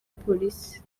polisi